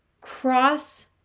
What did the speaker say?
Cross